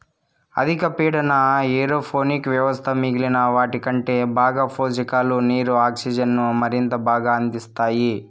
అధిక పీడన ఏరోపోనిక్ వ్యవస్థ మిగిలిన వాటికంటే బాగా పోషకాలు, నీరు, ఆక్సిజన్ను మరింత బాగా అందిస్తాయి